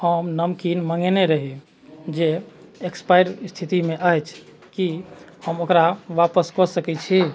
हम नमकीन मँगेने रही जे एक्सपायर स्थितिमे अछि की हम ओकरा आपस कऽ सकैत छी